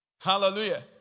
Hallelujah